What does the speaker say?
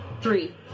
Three